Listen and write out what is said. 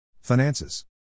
Finances